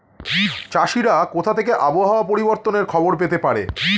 চাষিরা কোথা থেকে আবহাওয়া পরিবর্তনের খবর পেতে পারে?